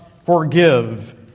forgive